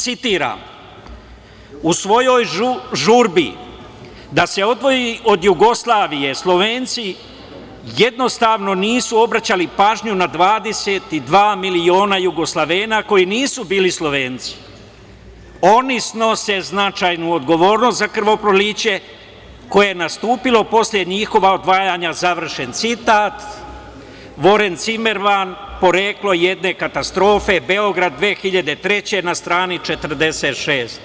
Citiram – u svojoj žurbi da se odvoji od Jugoslavije, Slovenci jednostavno nisu obraćali pažnju na 22 miliona Jugoslovena koji nisu bili Slovenci, oni snose značajnu odgovornost za krvoproliće koje je nastupilo posle njihovog odvajanja, završen citat, Voren Cimerman, „Poreklo jedne katastrofe“, Beograd 2003. godine, na strani 46.